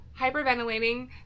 hyperventilating